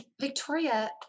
Victoria